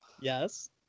Yes